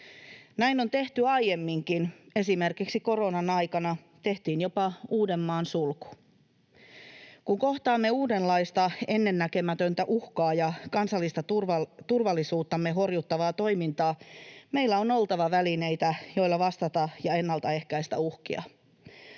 Näin on tehty aiemminkin, esimerkiksi koronan aikana tehtiin jopa Uudenmaan sulku. Kun kohtaamme uudenlaista, ennennäkemätöntä uhkaa ja kansallista turvallisuuttamme horjuttavaa toimintaa, meillä on oltava välineitä, joilla vastata uhkiin ja ennaltaehkäistä niitä.